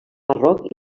marroc